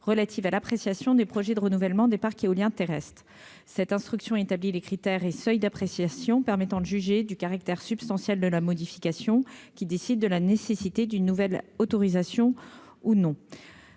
relatives à l'appréciation des projets de renouvellement des parcs éoliens terrestres cette instruction établit les critères et seuils d'appréciation permettant de juger du caractère substantiel de la modification qui décide de la nécessité d'une nouvelle autorisation ou non